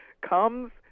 comes